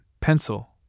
pencil